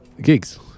Gigs